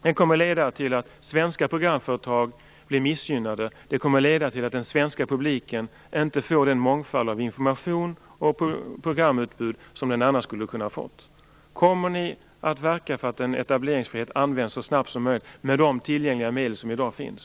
Det kommer att leda till att svenska programföretag blir missgynnade. Det kommer att leda till att den svenska publiken inte får den mångfald av information och programutbud som den annars skulle ha kunnat få. Kommer regeringen att verka för att en etableringsfrihet används så snabbt som möjligt med de tillgängliga medel som i dag finns?